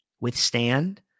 withstand